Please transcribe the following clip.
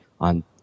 on